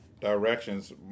directions